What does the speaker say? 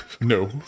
No